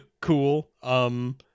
cool